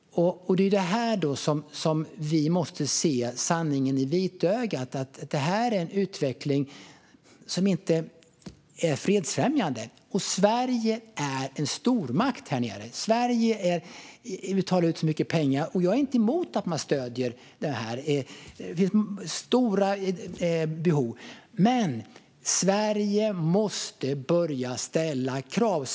Här måste vi se sanningen i vitögat. Detta är en utveckling som inte är fredsfrämjande. Sverige är en stormakt där nere. Sverige betalar ut mycket pengar. Jag är inte emot att man ger stöd. Det finns stora behov. Men Sverige måste börja ställa krav.